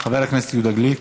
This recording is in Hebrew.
חבר הכנסת יהודה גליק,